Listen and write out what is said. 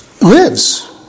lives